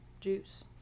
juice